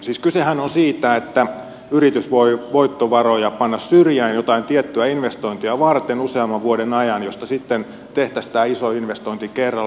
siis kysehän on siitä että yritys voi voittovaroja panna syrjään jotain tiettyä investointia varten useamman vuoden ajan ja niistä sitten tehtäisiin tämä iso investointi kerralla